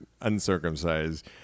uncircumcised